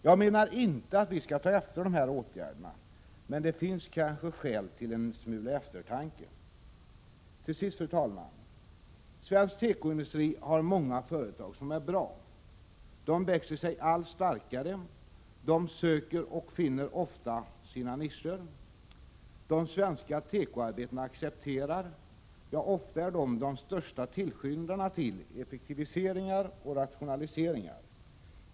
Jag menar inte att vi skall ta efter härvidlag, men det finns kanske anledning till en smula eftertanke. Till sist, fru talman! Inom svensk tekoindustri finns det många företag som går bra. De får en allt starkare ställning. De söker, och finner ofta, sin egen nisch. De svenska tekoarbetarna accepterar — ja, ofta är dessa arbetare de största tillskyndarna i detta sammanhang — effektivisering och rationalisering.